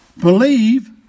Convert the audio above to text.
Believe